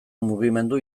mugimendu